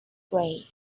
gray